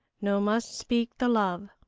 no must speak the love.